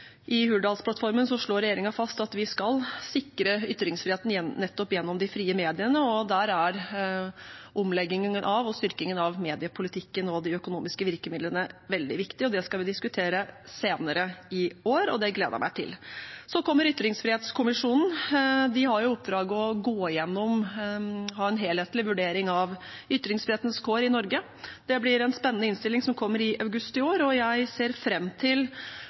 de økonomiske virkemidlene veldig viktig. Det skal vi diskutere senere i år, og det gleder jeg meg til. Så kommer ytringsfrihetskommisjonen. De har i oppdrag å gå igjennom og ha en helhetlig vurdering av ytringsfrihetens kår i Norge. Det blir en spennende innstilling, som kommer i august i år. Jeg ser fram til